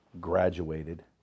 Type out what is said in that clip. graduated